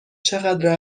چقدر